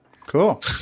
cool